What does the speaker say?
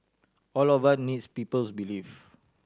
all of us needs people's belief